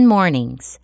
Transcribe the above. Mornings